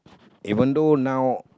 even though now